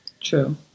True